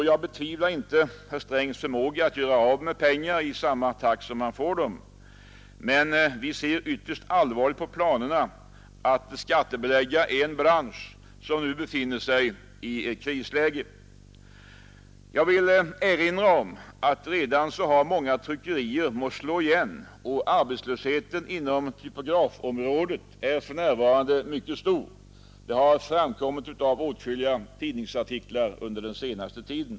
Jag betvivlar inte herr Strängs förmåga att göra av med pengarna i samma takt som han får dem, men vi ser ytterst allvarligt på planerna att skattebelägga en bransch som nu befinner sig i ett krisläge. Jag vill erinra om att många tryckerier redan har måst slå igen, och arbetslösheten inom typografområdet är för närvarande mycket stor. Det har framkommit i åtskilliga tidningsartiklar under den senaste tiden.